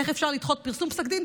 איך אפשר לדחות פרסום פסק דין?